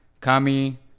Kami